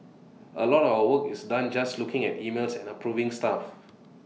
A lot of our work is done just looking at emails and approving stuff